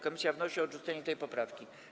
Komisja wnosi o odrzucenie tej poprawki.